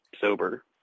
sober